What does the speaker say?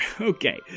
Okay